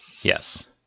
Yes